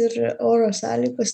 ir oro sąlygos